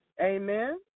Amen